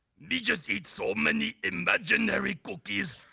me just eat so many imaginary cookies,